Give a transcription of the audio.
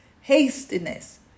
hastiness